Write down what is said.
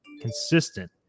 consistent